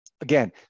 Again